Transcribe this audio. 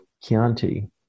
Chianti